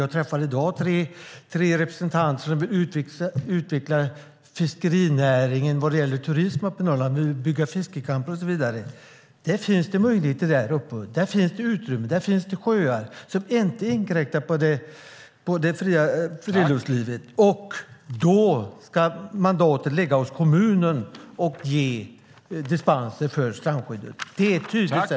Jag träffade i dag tre representanter som vill utveckla fiskerinäringen när det gäller turism uppe i Norrland och bygga fiskecampingar och så vidare. Där uppe finns det möjligheter. Där finns det utrymme. Där finns det sjöar där man inte inkräktar på det fria friluftslivet. Då ska mandatet ligga hos kommunen att ge dispens från strandskyddet. Det är ett tydligt sätt.